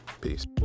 Peace